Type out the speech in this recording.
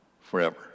Forever